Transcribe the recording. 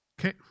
Okay